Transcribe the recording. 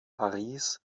paris